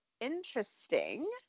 interesting